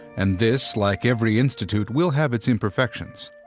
and this, like every institute, will have its imperfections.